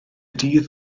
dydd